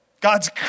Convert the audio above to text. God's